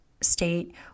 state